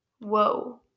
whoa